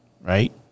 Right